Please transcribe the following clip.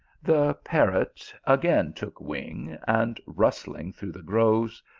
the parrot again took wing, and, rustling through the groves,